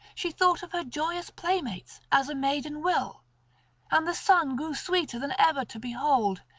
she thought of her joyous playmates, as a maiden will and the sun grew sweeter than ever to behold,